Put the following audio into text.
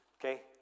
okay